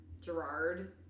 Gerard